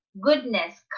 goodness